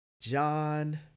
John